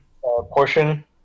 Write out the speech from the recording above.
portion